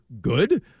good